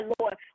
Lord